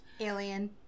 Alien